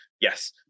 yes